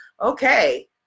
okay